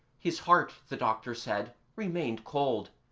his heart, the doctor said, remained cold.